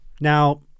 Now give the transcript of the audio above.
Now